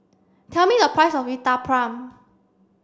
tell me the price of Uthapam